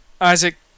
Isaac